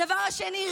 הדבר השני,